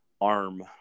arm